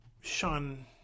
Sean